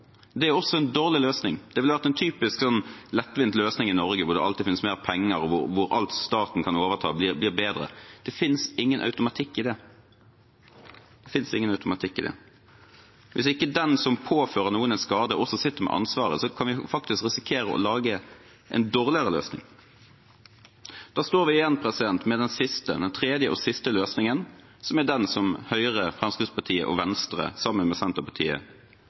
Det er også en dårlig løsning. Det ville vært en typisk lettvint løsning i Norge, hvor det alltid finnes mer penger, og hvor alt staten kan overta, blir bedre. Det finnes ingen automatikk i det. Hvis ikke den som påfører noen en skade, også sitter med ansvaret, kan vi faktisk risikere å lage en dårligere løsning. Da står vi igjen med den tredje og siste løsningen, som er den Høyre, Fremskrittspartiet og Venstre, sammen med Senterpartiet,